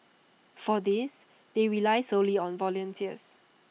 for this they rely solely on volunteers